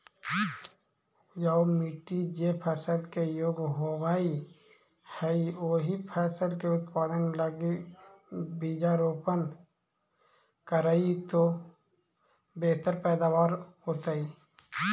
उपजाऊ मट्टी जे फसल के योग्य होवऽ हई, ओही फसल के उत्पादन लगी बीजारोपण करऽ तो बेहतर पैदावार होतइ